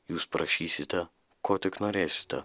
jūs prašysite ko tik norėsite